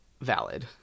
Valid